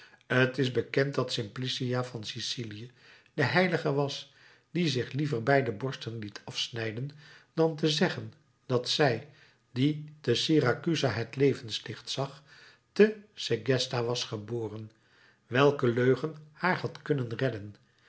t is bekend dat simplicia van sicilië de heilige was die zich liever beide borsten liet afsnijden dan te zeggen dat zij die te syracusa het levenslicht zag te segesta was geboren welke leugen haar had kunnen redden